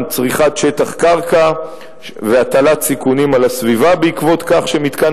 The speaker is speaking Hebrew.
צריכת שטח קרקע והטלת סיכונים על הסביבה בעקבות כך שמתקן